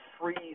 freeze